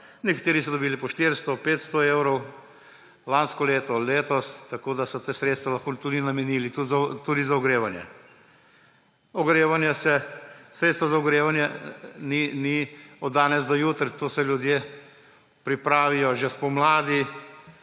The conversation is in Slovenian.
Nekateri so dobili po 400, 500 evrov lansko leto, letos, tako da so ta sredstva lahko namenili tudi za ogrevanje. Ogrevanje, sredstva za ogrevanje ni od danes do jutri, to se ljudje pripravijo že spomladi,